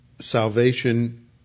salvation